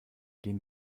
gehen